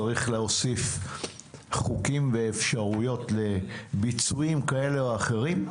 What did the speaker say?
צריך להוסיף חוקים ואפשרויות לביצועים כאלה או אחרים,